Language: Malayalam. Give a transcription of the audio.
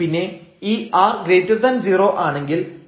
പിന്നെ ഈ r0 ആണെങ്കിൽ Δf0